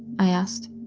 i asked.